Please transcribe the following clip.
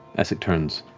essek turns.